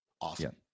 Awesome